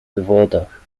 wywodach